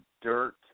dirt